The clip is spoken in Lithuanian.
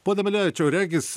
pone milevičiau regis